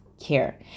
care